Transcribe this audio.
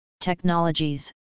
technologies